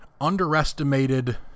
underestimated